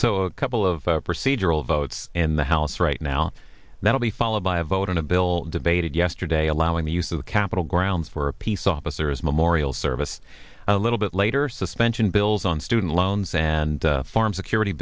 so a couple of procedural votes in the house right now that will be followed by a vote on a bill debated yesterday allowing the use of the capitol grounds for peace officers memorial service a little bit later suspension bills on student loans and farm security